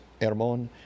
ermon